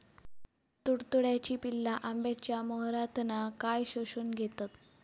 तुडतुड्याची पिल्ला आंब्याच्या मोहरातना काय शोशून घेतत?